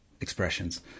expressions